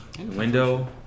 window